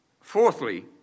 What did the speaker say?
Fourthly